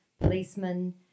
policemen